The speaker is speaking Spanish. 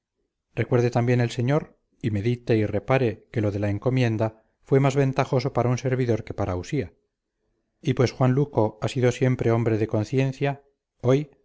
recuerde también el señor y medite y repare que lo de la encomienda fue más ventajoso para un servidor que para usía y pues juan luco ha sido siempre hombre de conciencia hoy